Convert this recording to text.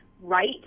right